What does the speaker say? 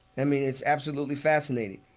i mean, it's absolutely fascinating